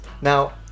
Now